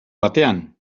batean